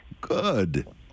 Good